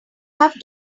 have